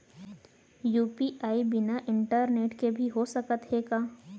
UPI बिना internet के भी हो सकत हे का?